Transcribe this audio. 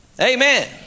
Amen